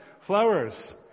flowers